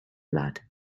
blood